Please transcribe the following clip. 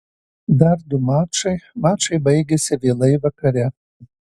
dar du mačai mačai baigėsi vėlai vakare